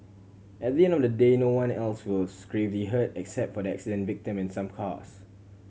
at the end of the day no one else was gravely hurt except for the accident victim and some cars